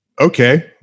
okay